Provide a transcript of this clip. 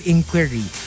Inquiry